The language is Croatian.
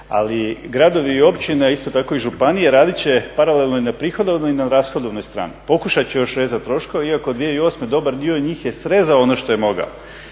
Ali gradovi i općine, a isto tako i županije radit će paralelno i na prihodovnoj i na rashodovnoj strani. Pokušat će još rezati troškove iako 2008. dobar dio njih je srezao ono što je mogao,